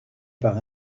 par